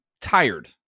tired